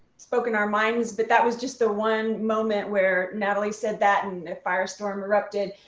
spoken our minds, but that was just the one moment where natalie said that and the fire storm erupted.